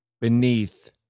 beneath